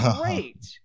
great